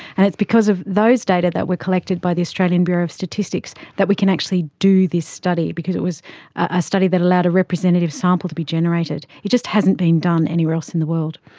and it's because of those data that were collected by the australian bureau of statistics that we can actually do this study, because it was a study that allowed a representative sample to be generated. it just hadn't been done anywhere else in the world.